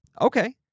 Okay